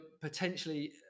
potentially